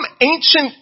ancient